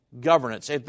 governance